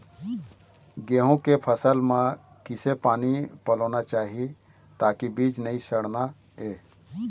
गेहूं के फसल म किसे पानी पलोना चाही ताकि बीज नई सड़ना ये?